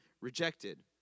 rejected